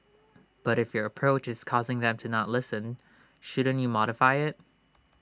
but if your approach is causing them to not listen shouldn't you modify IT